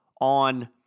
on